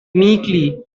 meekly